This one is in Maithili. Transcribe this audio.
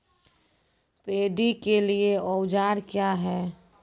पैडी के लिए औजार क्या हैं?